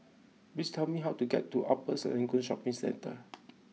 please tell me how to get to Upper Serangoon Shopping Centre